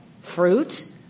fruit